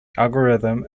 algorithm